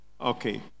Okay